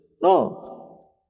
No